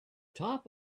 top